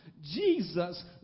Jesus